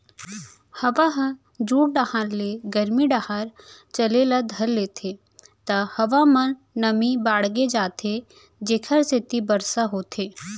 हवा ह जुड़ डहर ले गरमी डहर चले ल धर लेथे त हवा म नमी बाड़गे जाथे जेकर सेती बरसा होथे